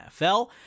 NFL